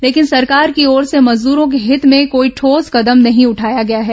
लेकिन सरकार की ओर से मजदूरों के हित में कोई ठोस कदम नहीं उठाया गया है